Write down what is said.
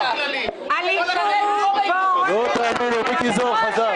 ומה שאתם עושים זה לתת עיר מקלט לנאשם